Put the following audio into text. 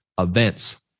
events